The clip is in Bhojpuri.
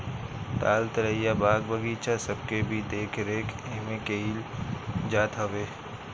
ताल तलैया, बाग बगीचा सबके भी देख रेख एमे कईल जात हवे